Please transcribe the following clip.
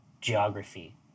geography